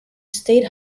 state